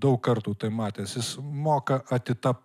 daug kartų tai matęs jis moka atita